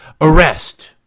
arrest